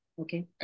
Okay